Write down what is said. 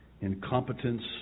Incompetence